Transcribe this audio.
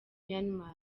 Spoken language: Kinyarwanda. myanmar